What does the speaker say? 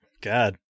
God